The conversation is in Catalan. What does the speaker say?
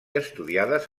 estudiades